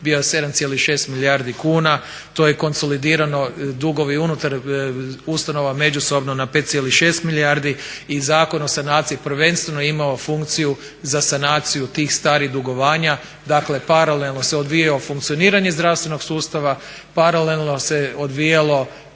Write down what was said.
bio 7,6 milijardi kuna, to je konsolidirano dugovi unutar ustanova međusobno na 5,6 milijardi i Zakon o sanaciji prvenstveno je imao funkciju za sanaciju tih starih dugovanja dakle paralelno se odvijao funkcioniranje zdravstvenog sustava, paralelno se odvijalo